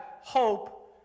hope